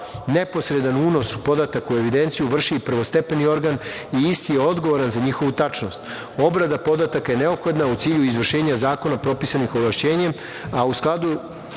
Neposredan unos podataka u evidenciju vrši prvostepeni organ i isti je odgovoran za njihovu tačnost. Obrada podataka je neophodna u cilju izvršenja zakonom propisanih ovlašćenja, a u skladu